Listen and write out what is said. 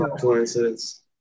coincidence